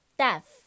deaf